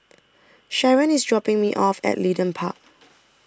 Sheron IS dropping Me off At Leedon Park